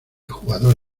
jugador